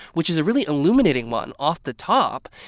which is a really illuminating one off the top,